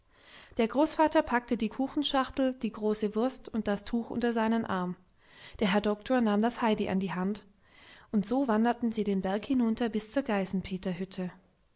der großvater packte die kuchenschachtel die große wurst und das tuch unter seinen arm der herr doktor nahm das heidi an die hand und so wanderten sie den berg hinunter bis zur